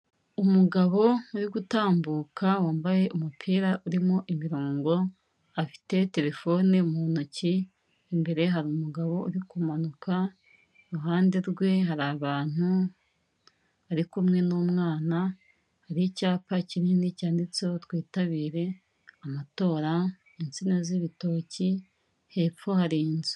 Umugabo uri gutambuka, wambaye umupira urimo imirongo, afite terefone mu ntoki, imbere hari umugabo uri kumanuka, iruhande rwe hari abantu bari kumwe n'umwana, hari icyapa kinini cyanditseho twitabire amatora, insina z'ibitoki, hepfo hari inzu.